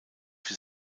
für